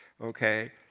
okay